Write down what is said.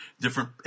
different –